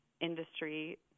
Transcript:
industry